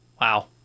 Wow